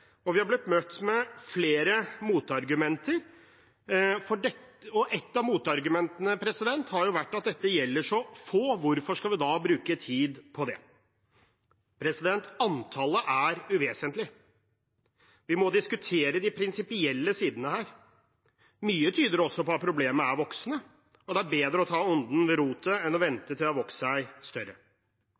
og vi har blitt møtt med flere motargumenter. Et av motargumentene har vært: Dette gjelder så få, hvorfor skal vi da bruke tid på det? Antallet er uvesentlig. Vi må diskutere de prinsipielle sidene her. Mye tyder også på at problemet er voksende, og det er bedre å ta ondet ved roten enn å vente til det har vokst seg større.